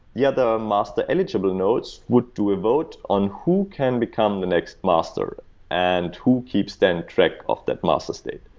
the other master eligible nodes would do a vote on who can become the next master and who keeps then track of that master state.